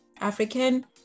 African